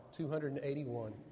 281